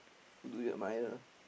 who do you admire